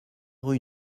rue